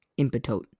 Impetote